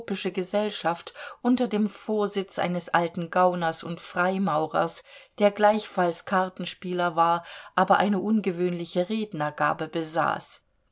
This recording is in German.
gesellschaft unter dem vorsitz eines alten gauners und freimaurers der gleichfalls kartenspieler war aber eine ungewöhnliche rednergabe besaß